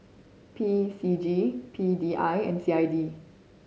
P C G P D I and C I D